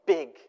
Big